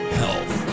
health